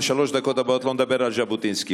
בשלוש הדקות הבאות לא נדבר על ז'בוטינסקי,